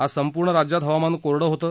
आज संपूर्ण राज्यात हवामान कोरडं होतं